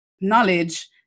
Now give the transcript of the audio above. knowledge